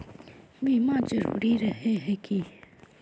बीमा जरूरी रहे है की?